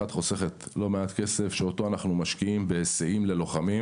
אחת חוסכת לא מעט כסף שאותו אנו משקיעים בהיסעים ללוחמים.